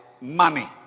money